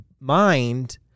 mind